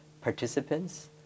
participants